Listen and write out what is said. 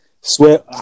Swear